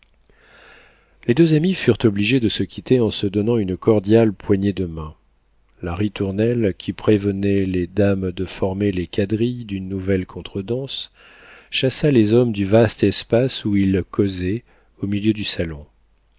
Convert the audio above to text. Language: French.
les deux amis furent obligés de se quitter en se donnant une cordiale poignée de main la ritournelle qui prévenait les dames de former les quadrilles d'une nouvelle contredanse chassa les hommes du vaste espace où ils causaient au milieu du salon